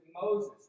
Moses